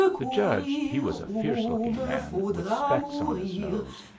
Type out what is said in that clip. the judge he was a fierce-looking man with specs on his nose,